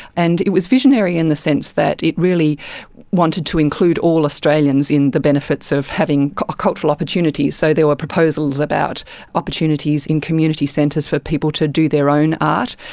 and it was visionary in the sense that it really wanted to include all australians in the benefits of having a cultural opportunity. so there were proposals about opportunities in community centres for people to do their own art,